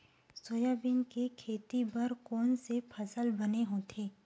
Soybean के खेती बर कोन से मौसम बने होथे?